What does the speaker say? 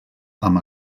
amb